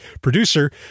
producer